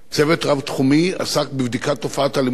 צוות רב-תחומי עסק בבדיקת תופעת האלימות של